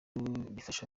bifasha